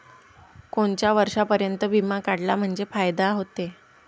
कोनच्या वर्षापर्यंत बिमा काढला म्हंजे फायदा व्हते?